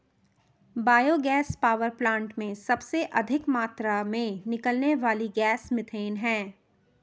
bio gas power plant में सबसे अधिक मात्रा में निकलने वाली गैस मिथेन है